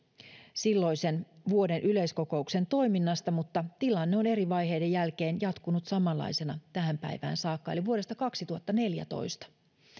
silloisen vuoden yleiskokouksen toiminnasta ja tilanne on eri vaiheiden jälkeen jatkunut samanlaisena tähän päivään saakka siis vuodesta kaksituhattaneljätoista